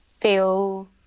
feel